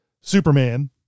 Superman